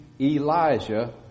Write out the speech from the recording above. Elijah